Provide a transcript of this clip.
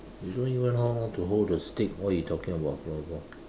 you don't even know how to hold the stick what you talking about floorball